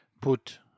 put